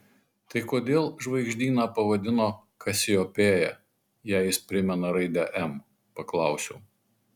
tai kodėl žvaigždyną pavadino kasiopėja jei jis primena raidę m paklausiau